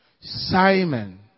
Simon